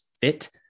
fit